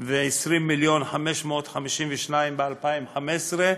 ו-20 מיליון ו-552,000 ב-2015,